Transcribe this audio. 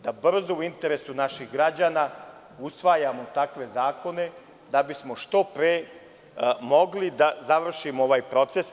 Znači, moramo brzo, u interesu naših građana, da usvajamo te zakone da bismo što pre mogli da završimo ovaj proces.